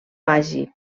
vagi